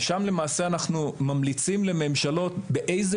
ושם למעשה אנחנו ממליצים לממשלות באיזו